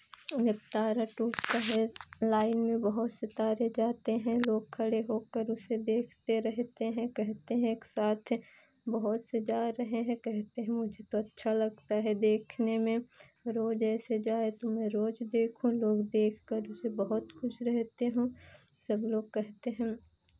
तारा टूटता है लाइन में बहुत से तारे जाते हैं लोग खड़े होकर इसको देखते रहते हैं कहते हैं एक साथ बहुत से जा रहे हैं कहते हैं मुझे तो अच्छा लगता है देखने में रोज़ ऐसे जाए तो मैं रोज़ देखूं लोग देखकर उसे बहुत खुश रहते हैं सब लोग कहते हैं